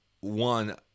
one